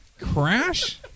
Crash